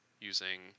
using